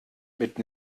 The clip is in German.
mit